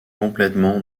complètement